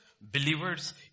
Believers